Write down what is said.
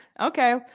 Okay